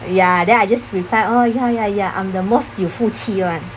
ya then I just reply oh ya ya ya I'm the most 有福气 [one]